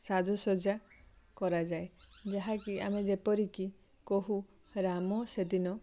ସାଜସଜା କରାଯାଏ ଯାହାକି ଆମେ ଯେପରିକି କହୁ ରାମ ସେଦିନ